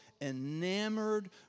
enamored